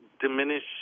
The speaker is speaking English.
diminish